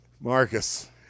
Marcus